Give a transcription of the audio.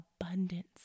abundance